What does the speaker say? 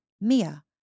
Mia